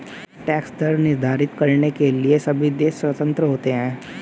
tax दर निर्धारित करने के लिए सभी देश स्वतंत्र होते है